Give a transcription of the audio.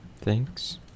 Thanks